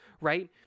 right